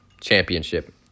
Championship